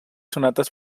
sonates